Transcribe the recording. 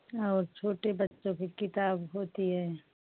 और छोटे बच्चों की किताब होती है